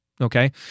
Okay